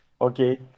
Okay